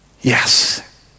Yes